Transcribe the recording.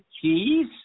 cheese